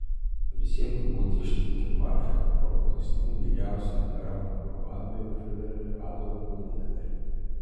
prisiekiu būti ištikima ir paklusni vyriausiajam vermachto vadui ir fiureriui adolfui hitleriui